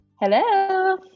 Hello